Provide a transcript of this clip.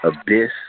Abyss